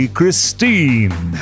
Christine